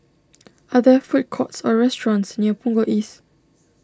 are there food courts or restaurants near Punggol East